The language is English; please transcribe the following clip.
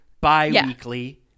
bi-weekly